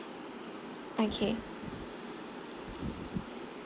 okay